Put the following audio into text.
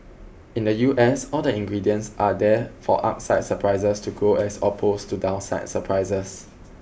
in the U S all the ingredients are there for upside surprises to growth as opposed to downside surprises